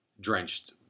drenched